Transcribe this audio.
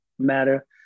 matter